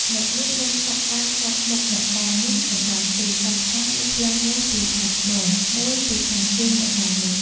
អ្នកមានបុណ្យស័ក្ដិ ដើរកាត់មុខអ្នកតានេះ មិនបានទេ សព្វថ្ងៃ មានផ្លូវមួយពីខាងត្បូង មួយពីខាងជើងអ្នកតានោះ ។